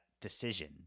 decision